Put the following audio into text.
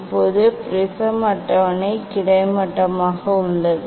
இப்போது முப்படை கண்ணாடிஅட்டவணை கிடைமட்டமாக உள்ளது